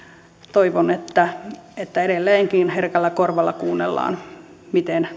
toivon että että edelleenkin herkällä korvalla kuunnellaan miten